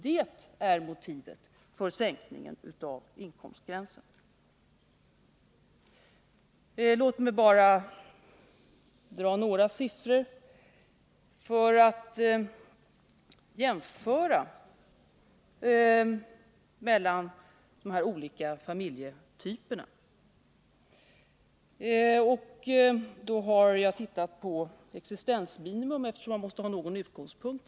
Det är motivet för sänkningen av inkomstgränsen. Låt mig bara dra några siffror för att göra en jämförelse mellan de här olika familjetyperna. Jag har sett på existensminimum, eftersom man måste ha någon utgångspunkt.